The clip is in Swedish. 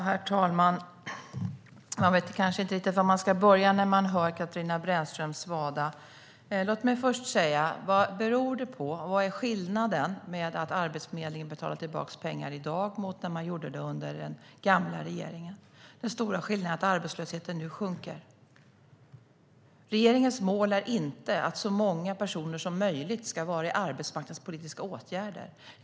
Herr talman! Man vet kanske inte riktigt var man ska börja när man hör Katarina Brännströms svada. Låt mig först säga: Vad beror det på och vad är skillnaden med att Arbetsförmedlingen betalar tillbaka pengar i dag mot när den gjorde det under den gamla regeringen? Den stora skillnaden är att arbetslösheten nu sjunker. Regeringens mål är inte att så många personer som möjligt ska vara i arbetsmarknadspolitiska åtgärder.